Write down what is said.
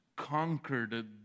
conquered